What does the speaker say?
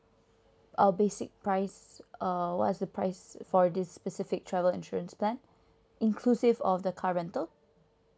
uh basic price uh what's the price for this specific travel insurance plan inclusive of the car rental